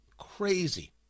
Crazy